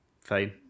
fine